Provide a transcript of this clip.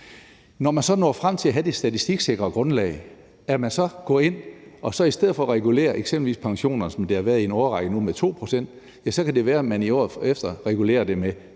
Når man så når frem til at have det statistiksikre grundlag, kan det være, at man i stedet for at regulere eksempelvis pensioner med 2 pct., som det nu har været i en årrække, året efter regulerer det med